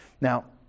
Now